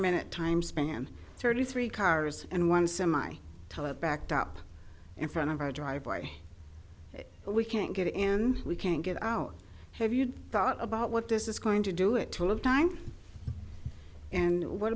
minute time span thirty three cars and one semi tele backed up in front of our driveway but we can't get it and we can't get out have you thought about what this is going to do it will of time and what